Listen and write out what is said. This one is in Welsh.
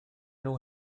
nhw